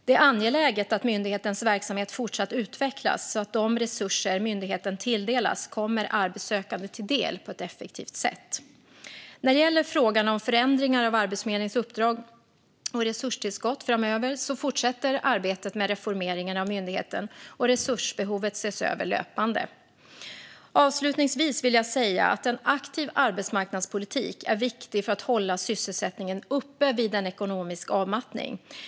Det är angeläget att myndighetens verksamhet fortsatt utvecklas så att de resurser myndigheten tilldelas kommer arbetssökande till del på ett effektivt sätt. När det gäller frågan om förändringar av Arbetsförmedlingens uppdrag och resurstillskott framöver fortsätter arbetet med reformeringen av myndigheten, och resursbehovet ses över löpande. Avslutningsvis vill jag säga att en aktiv arbetsmarknadspolitik är viktig för att hålla sysselsättningen uppe vid en ekonomisk avmattning.